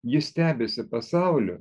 jis stebisi pasauliu